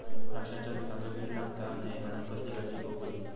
द्राक्षांच्या पिकांक कीड लागता नये म्हणान कसली काळजी घेऊक होई?